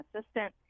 assistant